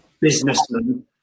businessman